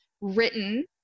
written